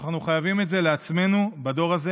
אנחנו חייבים את זה לעצמנו בדור הזה